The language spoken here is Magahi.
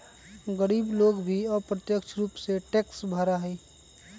गरीब लोग भी अप्रत्यक्ष रूप से टैक्स भरा हई